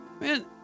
Man